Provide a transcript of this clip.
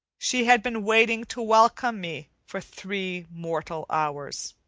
she had been waiting to welcome me for three mortal hours.